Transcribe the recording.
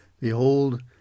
Behold